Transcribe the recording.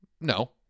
no